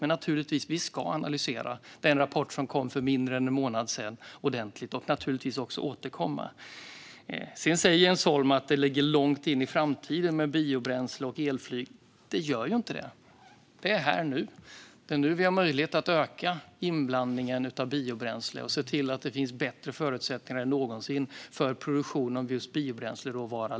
Vi ska naturligtvis ordentligt analysera den rapport som kom för mindre än en månad sedan och naturligtvis också återkomma. Jens Holm säger att biobränsle och elflyg ligger långt in i framtiden. Det gör ju inte det; det är här nu. Det är nu vi har möjlighet att öka inblandningen av biobränsle och se till att det finns bättre förutsättningar än någonsin för produktion av just biobränsleråvara.